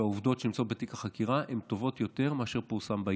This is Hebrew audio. שהעובדות שנמצאות בתיק החקירה הן טובות יותר ממה שפורסם בעיתון.